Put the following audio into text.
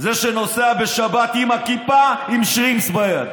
זה עם הכיפה שנוסע בשבת עם שרימפס ביד.